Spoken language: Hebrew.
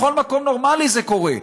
בכל מקום נורמלי זה קורה,